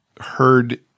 heard